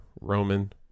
Roman